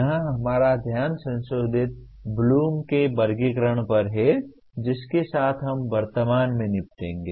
यहां हमारा ध्यान संशोधित ब्लूम के वर्गीकरण पर है जिसके साथ हम वर्तमान में निपटेंगे